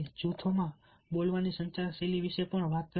Giri જૂથોમાં બોલવાની સંચાર શૈલી વિશે પણ વાત કરી